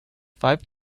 five